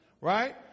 right